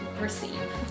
receive